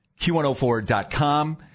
q104.com